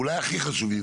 אולי הכי חשובים,